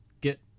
get